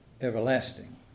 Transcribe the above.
everlasting